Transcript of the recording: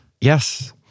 Yes